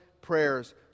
prayers